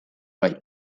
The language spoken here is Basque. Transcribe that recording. bai